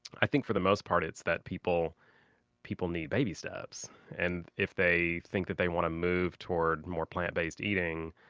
i think, for the most part, it's that people people need baby steps. and if they think that they want to move toward more plant-based eating,